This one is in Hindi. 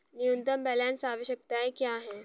न्यूनतम बैलेंस आवश्यकताएं क्या हैं?